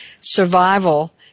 Survival